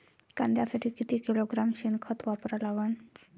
कांद्यासाठी किती किलोग्रॅम शेनखत वापरा लागन?